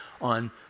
on